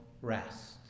rest